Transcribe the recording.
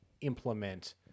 implement